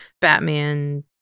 Batman